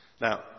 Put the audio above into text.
Now